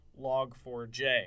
Log4j